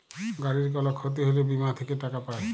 গাড়ির কল ক্ষতি হ্যলে বীমা থেক্যে টাকা পায়